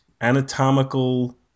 anatomical